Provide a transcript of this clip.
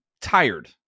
tired